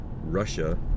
Russia